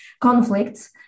conflicts